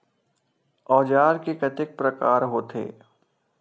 औजार के कतेक प्रकार होथे?